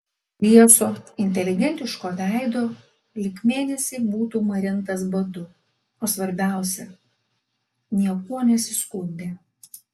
lieso inteligentiško veido lyg mėnesį būtų marintas badu o svarbiausia niekuo nesiskundė